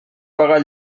pagar